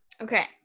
Okay